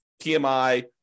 PMI